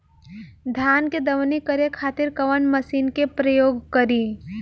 धान के दवनी करे खातिर कवन मशीन के प्रयोग करी?